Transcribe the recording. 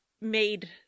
made